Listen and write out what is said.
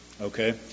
Okay